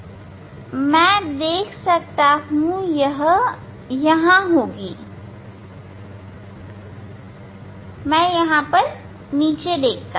ठीक है मैं देख सकता हूं यह यहां होगी मैं यहां नीचे देखता हूं